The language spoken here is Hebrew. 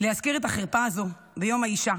להזכיר את החרפה הזו ביום האישה